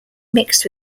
mixed